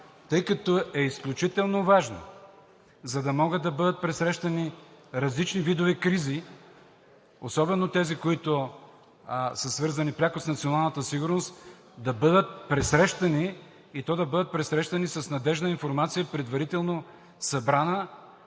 тъй като е изключително важно, за да могат да бъдат пресрещани различни видове кризи, особено тези, които са свързани пряко с националната сигурност, да бъдат пресрещани, и то с надеждна информация, предварително събрана,